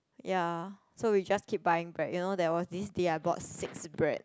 ya so we just keep buying bread you know there was this day I bought six bread